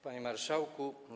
Panie Marszałku!